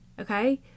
okay